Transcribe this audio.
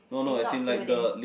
is not filled in